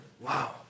Wow